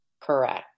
Correct